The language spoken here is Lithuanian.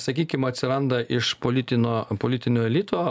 sakykim atsiranda iš politino politinio elito